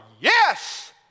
yes